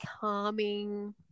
calming